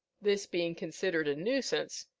this being considered a nuisance,